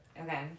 Okay